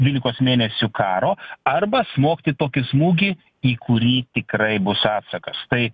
dvylikos mėnesių karo arba smogti tokį smūgį į kurį tikrai bus atsakas tai